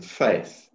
faith